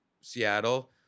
seattle